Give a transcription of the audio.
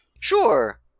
Sure